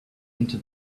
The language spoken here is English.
into